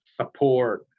Support